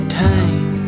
time